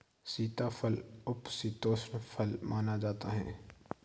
सीताफल उपशीतोष्ण फल माना जाता है